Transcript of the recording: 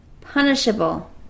punishable